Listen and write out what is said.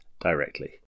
directly